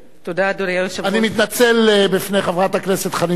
אני מתנצל בפני חברת הכנסת חנין זועבי,